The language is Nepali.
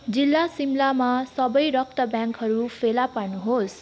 जिल्ला सिमलामा सबै रक्त ब्याङ्कहरू फेला पार्नुहोस्